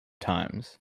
times